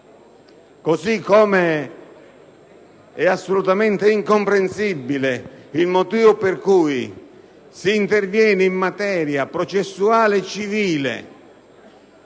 Così come è assolutamente incomprensibile il motivo per cui si interviene in materia processuale civile